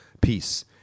peace